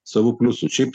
savų pliusų šiaip